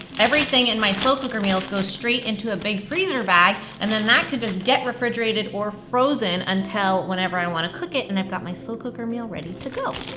everything in my slow cooker meals goes straight into a big freezer bag, and then that can just get refrigerated or frozen until whenever i wanna cook it, and i've got my slow cooker meal ready to go.